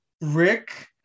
Rick